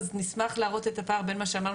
אז נשמח להראות את הפער בין מה שאמרנו